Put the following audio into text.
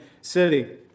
city